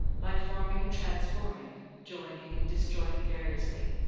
by forming and transforming, joining and disjoining variously,